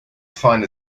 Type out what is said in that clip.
find